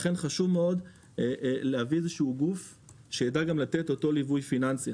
לכן חשוב מאוד להביא איזשהו גוף שיידע גם לתת אותו ליווי פיננסי,